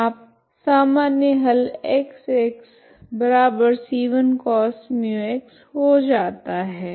तो आपका सामान्य हल X c1cos μx हो जाता है